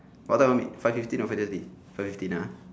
what time we meet five fifteen or five thirty five fifteen ah